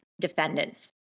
defendants